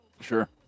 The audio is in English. sure